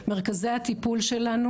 מרכזי הטיפול שלנו,